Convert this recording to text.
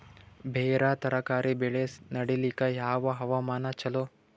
ಬೇರ ತರಕಾರಿ ಬೆಳೆ ನಡಿಲಿಕ ಯಾವ ಹವಾಮಾನ ಚಲೋ?